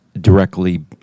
directly